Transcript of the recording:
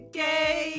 gay